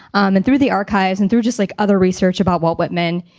and through the archives and through just like other research about walt whitman,